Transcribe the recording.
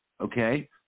okay